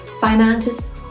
finances